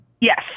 Yes